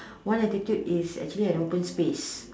one altitude is actually an open space